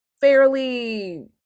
fairly